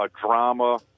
drama